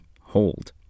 hold